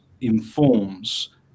informs